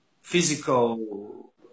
physical